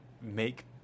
make